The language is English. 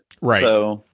Right